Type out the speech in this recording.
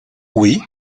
oui